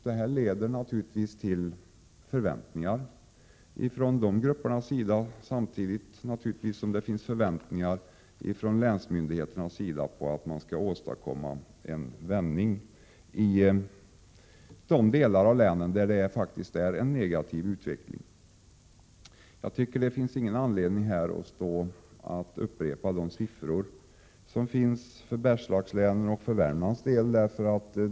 Detta leder till förväntningar från dessa grupper och samtidigt finns det förväntningar från länsstyrelserna att man skall kunna åstadkomma en vändning i de delar av länen där utvecklingen är negativ. Det finns ingen anledning att här upprepa de siffror som presenteras för Bergslagslänen och Värmland.